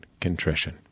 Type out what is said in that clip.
contrition